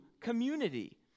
community